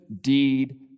deed